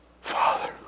Father